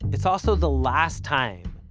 it's also the last time,